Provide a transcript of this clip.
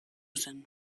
zen